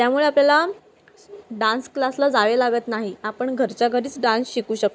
त्यामुळे आपल्याला डान्स क्लासला जावे लागत नाही आपण घरच्या घरीच डान्स शिकू शकतो